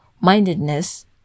mindedness